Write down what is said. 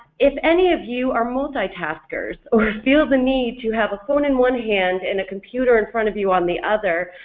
if any of you are multitaskers, or feel the need to have a phone in one hand and a computer in front of you on the other,